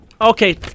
Okay